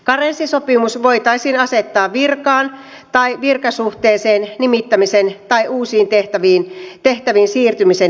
karenssisopimus voitaisiin asettaa virkaan tai virkasuhteeseen nimittämisen tai uusiin tehtäviin siirtymisen edellytyksiksi